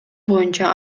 боюнча